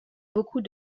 beaucoup